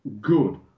good